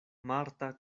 marta